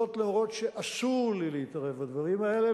זאת להורות שאסור לי להתערב בדברים האלה,